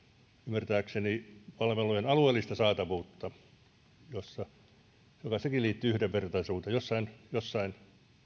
ymmärtääkseni palvelujen alueellista saatavuutta joka sekin liittyy yhdenvertaisuuteen jossain